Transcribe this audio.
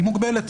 מוגבלת.